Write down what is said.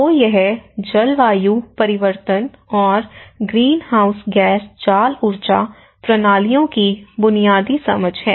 तो यह जलवायु परिवर्तन और ग्रीनहाउस गैस जाल ऊर्जा प्रणालियों की बुनियादी समझ है